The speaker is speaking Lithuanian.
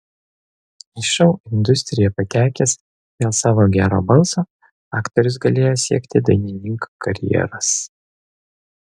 į šou industriją patekęs dėl savo gero balso aktorius galėjo siekti dainininko karjeros